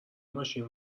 ماشین